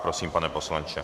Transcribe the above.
Prosím, pane poslanče.